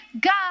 God